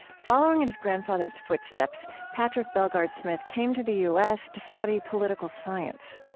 following in his grandfather's footsteps, patrick bellegarde-smith came to the u s. to study political science.